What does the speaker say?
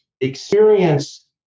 experience